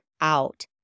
out